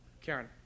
Karen